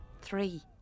three